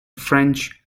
french